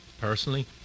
personally